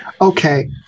okay